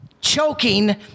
choking